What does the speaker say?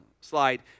slide